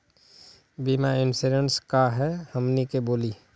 बीमा इंश्योरेंस का है हमनी के बोली?